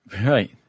Right